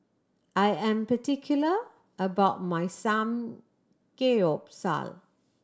I am particular about my Samgeyopsal